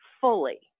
fully